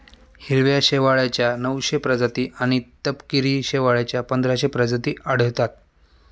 हिरव्या शेवाळाच्या नऊशे प्रजाती आणि तपकिरी शेवाळाच्या पंधराशे प्रजाती आढळतात